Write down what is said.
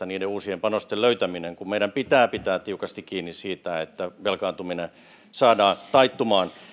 niiden uusien panosten löytäminen ole niin yksinkertaista kun meidän pitää pitää tiukasti kiinni siitä että velkaantuminen saadaan taittumaan